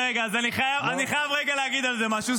אז אני חייב רגע, להגיד על זה משהו.